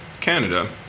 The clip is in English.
Canada